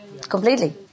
completely